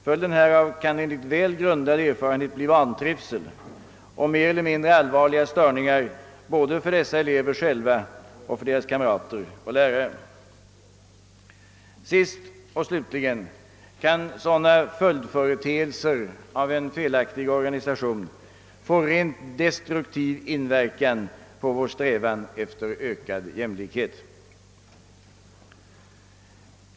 Följden härav kan enligt väl grundad erfarenhet bli vantrivsel och mer eller mindre allvarliga störningar både för dessa elever själva och för deras kamrater och lärare. Sist och slutligen kan sådana följdföreteelser av en felaktig organisation få rent destruktiv inverkan på vår strävan efter ökad jämlikhet.